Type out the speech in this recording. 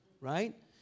Right